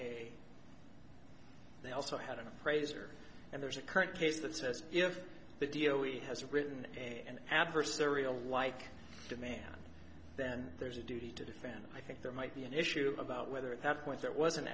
a they also had an appraiser and there's a current case that says if the deal we has written an adversarial like demand then there's a duty to defend i think there might be an issue about whether at that point that was